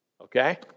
Okay